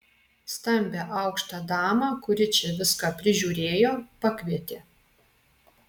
stambią aukštą damą kuri čia viską prižiūrėjo pakvietė